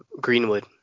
Greenwood